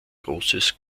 großes